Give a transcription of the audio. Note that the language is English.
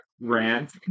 rant